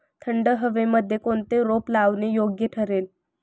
थंड हवेमध्ये कोणते रोप लावणे योग्य ठरेल?